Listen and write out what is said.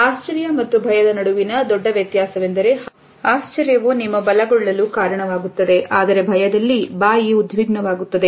ಆಶ್ಚರ್ಯ ಮತ್ತು ಭಯದ ನಡುವಿನ ದೊಡ್ಡ ವ್ಯತ್ಯಾಸವೆಂದರೆ ಹಾಸ್ಯವೂ ನಿಮ್ಮ ಬಲಗೊಳ್ಳಲು ಕಾರಣವಾಗುತ್ತದೆ ಆದರೆ ಭಯದಲ್ಲಿ ಬಾಯಿ ಉದ್ವಿಗ್ನ ವಾಗುತ್ತದೆ